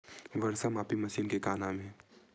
वर्षा मापी मशीन के का नाम हे?